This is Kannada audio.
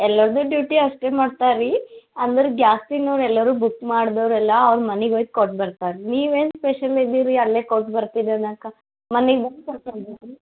ಎಲ್ಲರ್ದು ಡ್ಯೂಟಿ ಅಷ್ಟೆ ಮಾಡ್ತಾರೆ ರೀ ಅಂದ್ರೆ ಗ್ಯಾಸಿನವ್ರು ಎಲ್ಲರು ಬುಕ್ ಮಾಡ್ದೋರೆಲ್ಲ ಅವ್ರ ಮನೆಗ್ ಒಯ್ದು ಕೊಟ್ಟು ಬರ್ತಾರೆ ರೀ ನೀವು ಏನು ಸ್ಪೆಷಲ್ ಇದೀರಿ ಅಲ್ಲೇ ಕೊಟ್ಟು ಬರ್ತೀನಿ ಅನ್ನೋಕ ಮನೆಗ್ ಬಂದು ಕೊಟ್ಟೊಗ್ಬೇಕು ರೀ